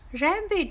rabbit